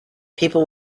people